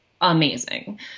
amazing